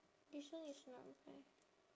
this one is not bad